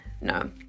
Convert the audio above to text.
no